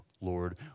Lord